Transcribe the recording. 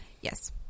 yes